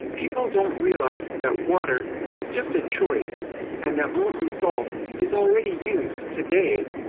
people don't realize that water is just a choice and that molten salt is already used, today,